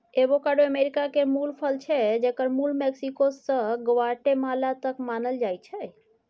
avocado America केर मुल फल छै जकर मुल मैक्सिको सँ ग्वाटेमाला तक मानल जाइ छै